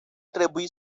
trebui